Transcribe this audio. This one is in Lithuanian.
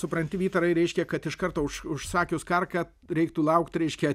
supranti vytarai reiškia kad iš karto už užsakius karką reiktų laukt reiškia